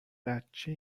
بچه